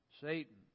satan